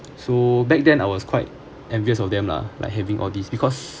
so back then I was quite envious of them lah like having all these because